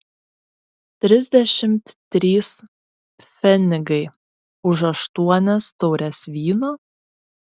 trisdešimt trys pfenigai už aštuonias taures vyno